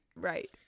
right